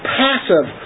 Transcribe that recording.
passive